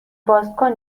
بازکن